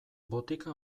botika